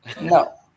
No